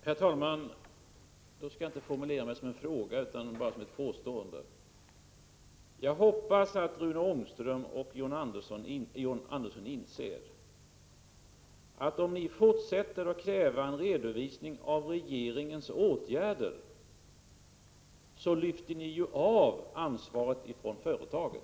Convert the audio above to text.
Herr talman! Jag skall nu inte formulera en fråga utan bara ett påstående. Jag hoppas att Rune Ångström och John Andersson inser att om ni fortsätter att kräva en redovisning av regeringens åtgärder, så lyfter ni ju av ansvaret från företaget.